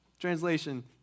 Translation